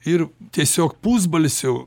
ir tiesiog pusbalsiu